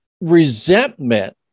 resentment